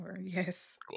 Yes